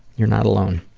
you're not alone.